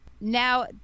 now